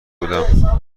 بودم